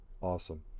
Awesome